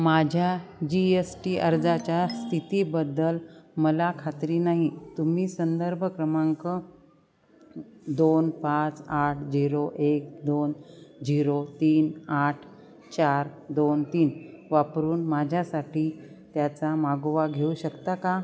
माझ्या G S T अर्जाच्या स्थितीबद्दल मला खात्री नाही तुम्ही संदर्भ क्रमांक दोन पाच आठ झीरो एक दोन झीरो तीन आठ चार दोन तीन वापरून माझ्यासाठी त्याचा मागोवा घेऊ शकता का